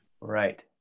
Right